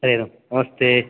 हरि ओम् नमस्ते